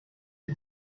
you